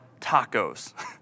tacos